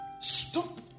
stop